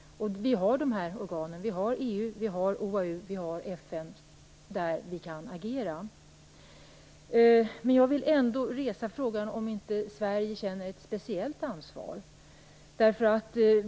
Vi har organen EU, OAU och FN, där vi kan agera. Men jag vill ändå resa frågan om inte Sverige känner ett speciellt ansvar.